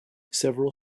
several